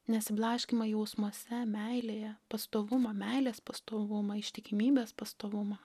nesiblaškymą jausmuose meilėje pastovumą meilės pastovumą ištikimybės pastovumą